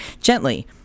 Gently